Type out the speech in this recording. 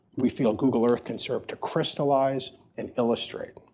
we feel google earth can serve to crystallized and illustrate.